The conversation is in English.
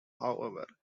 however